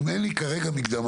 אם אין לי כרגע מקדמה,